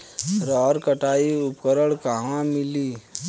रहर कटाई उपकरण कहवा मिली?